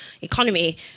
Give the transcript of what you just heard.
economy